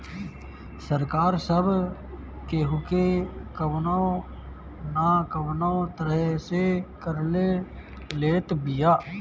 सरकार सब केहू के कवनो ना कवनो तरह से कर ले लेत बिया